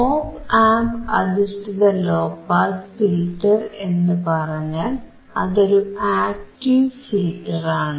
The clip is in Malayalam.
ഓപ് ആംപ് അധിഷ്ഠിത ലോ പാസ് ഫിൽറ്റർ എന്നു പറഞ്ഞാൽ അത് ഒരു ആക്ടീവ് ഫിൽറ്ററാണ്